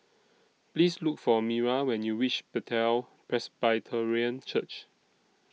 Please Look For Myra when YOU REACH Bethel Presbyterian Church